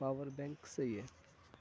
power bank صحیح ہے